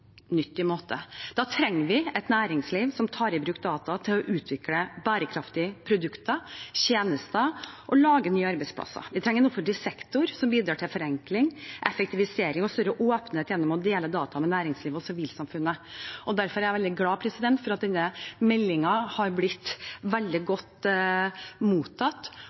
Da trenger vi et næringsliv som tar i bruk data til å utvikle bærekraftige produkter og tjenester og lage nye arbeidsplasser. Vi trenger en offentlig sektor som bidrar til forenkling, effektivisering og større åpenhet gjennom å dele data med næringslivet og sivilsamfunnet. Derfor er jeg veldig glad for at denne meldingen har blitt veldig godt mottatt,